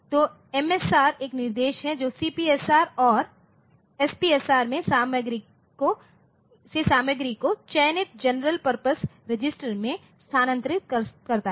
तो MSR एक निर्देश है जो CPSR या SPSR से सामग्री को चयनित जनरल पर्पस रजिस्टर में स्थानांतरित करता है